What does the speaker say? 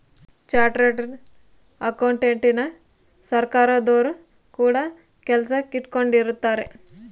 chartered ಅಕೌಂಟೆಂಟನ ಸರ್ಕಾರದೊರು ಕೂಡ ಕೆಲಸಕ್ ಇಟ್ಕೊಂಡಿರುತ್ತಾರೆ